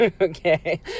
Okay